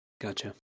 Gotcha